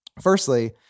Firstly